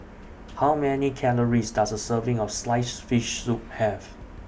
How Many Calories Does A Serving of Sliced Fish Soup Have